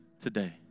today